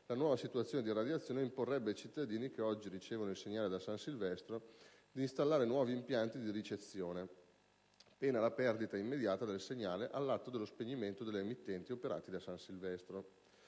la nuova situazione di irradiazione imporrebbe ai cittadini, che oggi ricevono il segnale da San Silvestro, di installare nuovi impianti di ricezione, pena la perdita immediata del segnale all'atto dello spegnimento delle emittenti operanti da San Silvestro.